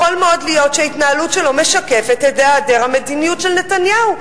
יכול מאוד להיות שההתנהלות שלו משקפת את היעדר המדיניות של נתניהו.